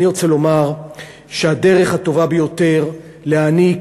אני רוצה לומר שהדרך הטובה ביותר להעניק